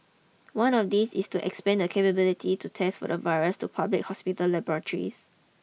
one of these is to expand the capability to test for the virus to public hospital laboratories